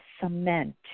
cement